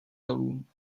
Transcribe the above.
dolů